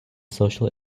social